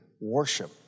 Worship